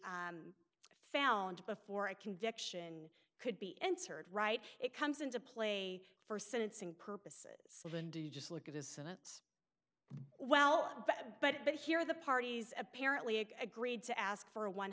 found before a conviction could be entered right it comes into play for sentencing purposes when do you just look at his senate well but but here the parties apparently agreed to ask for a one